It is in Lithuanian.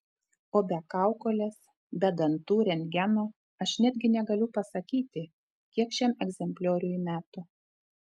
o be kaukolės be dantų rentgeno aš netgi negaliu pasakyti kiek šiam egzemplioriui metų